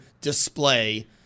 display